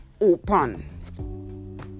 open